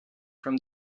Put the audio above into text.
from